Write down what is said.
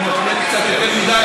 הוא מפריע לי קצת יותר מדי,